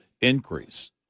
increase